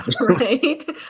Right